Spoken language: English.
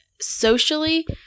socially